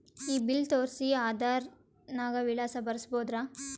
ಈ ಬಿಲ್ ತೋಸ್ರಿ ಆಧಾರ ನಾಗ ವಿಳಾಸ ಬರಸಬೋದರ?